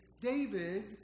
David